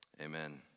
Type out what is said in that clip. Amen